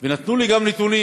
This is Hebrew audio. ונתנו לי גם נתונים: